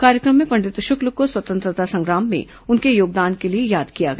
कार्यक्रम में पंडित शुक्ल को स्वतंत्रता संग्राम में उनके योगदान के लिए याद किया गया